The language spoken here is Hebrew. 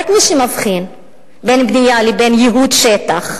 רק מי שמבחין בין בנייה לבין ייהוד שטח,